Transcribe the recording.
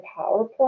PowerPoint